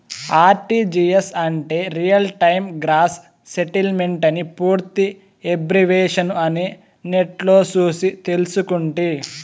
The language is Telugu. ఆర్టీజీయస్ అంటే రియల్ టైమ్ గ్రాస్ సెటిల్మెంటని పూర్తి ఎబ్రివేషను అని నెట్లో సూసి తెల్సుకుంటి